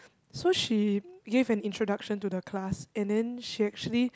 so she gave an introduction to the class and then she actually